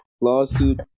lawsuit